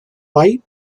white